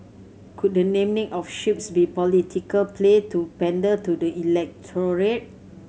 could the naming of ships be political play to pander to the electorate